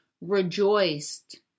rejoiced